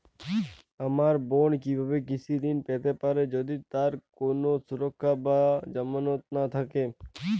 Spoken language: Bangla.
আমার বোন কীভাবে কৃষি ঋণ পেতে পারে যদি তার কোনো সুরক্ষা বা জামানত না থাকে?